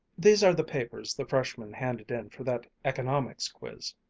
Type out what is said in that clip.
these are the papers the freshmen handed in for that economics quiz.